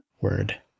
Word